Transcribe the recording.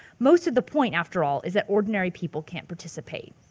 most of the point after all is that ordinary people can't participate.